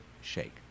shake